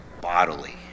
bodily